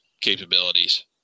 capabilities